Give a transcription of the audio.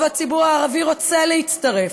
רוב הציבור הערבי רוצה להצטרף,